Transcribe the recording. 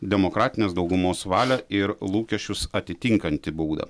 demokratinės daugumos valią ir lūkesčius atitinkantį būdą